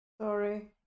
Sorry